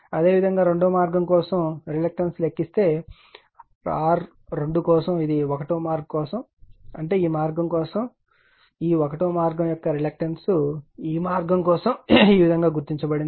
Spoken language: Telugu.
అదేవిధంగా 2 వ మార్గం కోసం రిలక్టన్స్ ను లెక్కించినట్లయితే R2 కోసం ఇది 1 వ మార్గం కోసం అంటే ఈ మార్గం కోసం ఈ 1 వ మార్గం యొక్క రిలక్టన్స్ ఈ మార్గం కోసం ఈ విధంగా గుర్తించబడింది